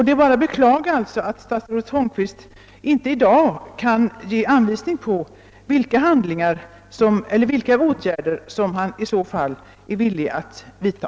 Det är bara att beklaga att statsrådet Holmqvist inte i dag kan ge anvisning på vilka åtgärder han i så fall är villig att vidta.